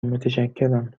متشکرم